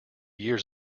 years